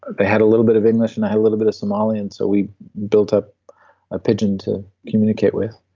they had a little bit of english, and i had a little bit of somalian so we built up a pigeon to communicate with.